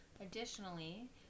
Additionally